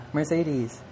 Mercedes